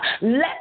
Let